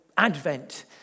Advent